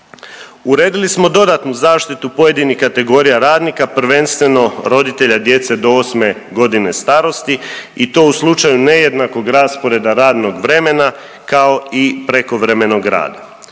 Uredili smo dodatnu zaštitu pojedinih kategorija radnika prvenstveno roditelja djece do 8 godine starosti i to u slučaju nejednakog rasporeda radnog vremena kao i prekovremenog rada.